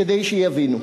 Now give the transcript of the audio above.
כדי שיבינו.